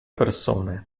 persone